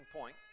point